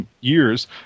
years